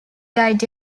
died